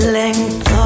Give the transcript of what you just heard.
length